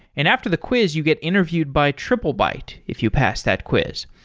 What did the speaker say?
and after the quiz, you get interviewed by triplebyte if you pass that quiz.